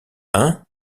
hein